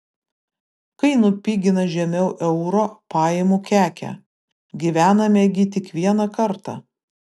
kai nupigina žemiau euro paimu kekę gyvename gi tik vieną kartą